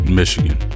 michigan